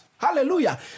Hallelujah